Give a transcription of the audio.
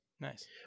Nice